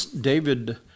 David